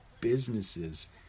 businesses